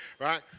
right